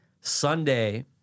Sunday